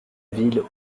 ville